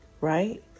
right